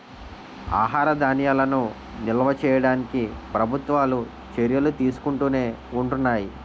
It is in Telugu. ఆహార ధాన్యాలను నిల్వ చేయడానికి ప్రభుత్వాలు చర్యలు తీసుకుంటునే ఉంటున్నాయి